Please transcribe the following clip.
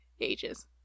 ages